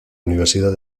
universidad